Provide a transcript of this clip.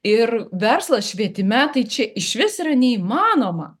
ir verslas švietime tai čia išvis yra neįmanoma